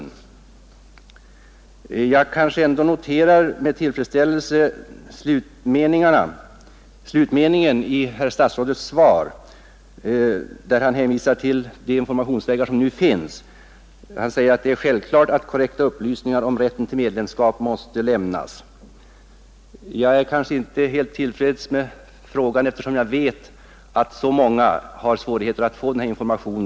Jag noterar ändå med tillfredsställelse slutmeningen i herr statsrådets svar, där han hänvisar till de informationsvägar som nu finns. Han säger att det är självklart att korrekta upplysningar om rätten till medlemskap måste lämnas. Jag är emellertid inte helt till freds med förhållandena, eftersom jag vet att så många har svårigheter att få denna information.